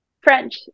French